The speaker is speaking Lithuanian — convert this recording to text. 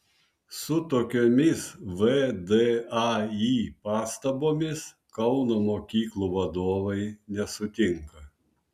su tokiomis vdai pastabomis kauno mokyklų vadovai nesutinka